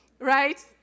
right